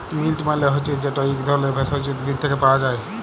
মিল্ট মালে হছে যেট ইক ধরলের ভেষজ উদ্ভিদ থ্যাকে পাওয়া যায়